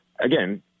again